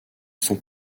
sont